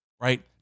right